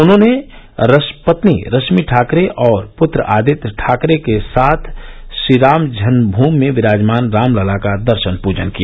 उन्होंने पली रश्मि ठाकर्रे और पुत्र आदित्य ठाकरे के साथ श्रीरामजन्मभूमि में विराजमान रामलला का दर्शन पूजन किया